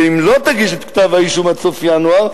ואם לא תגיש את כתב-האישום עד סוף ינואר,